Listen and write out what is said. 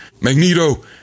Magneto